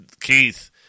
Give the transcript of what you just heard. Keith